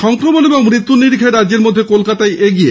সংক্রমণ ও মৃত্যুর নিরিখে রাজ্যের মধ্যে কলকাতাই এগিয়ে